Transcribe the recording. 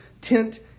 tent